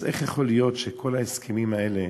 אז איך יכול להיות שכל ההסכמים האלה